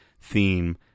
theme